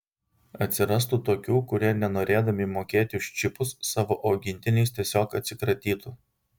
atsirastų tokių kurie nenorėdami mokėti už čipus savo augintiniais tiesiog atsikratytų